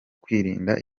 kwirinda